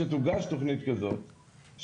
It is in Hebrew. שתוגש תוכנית כזאת,